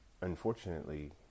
Unfortunately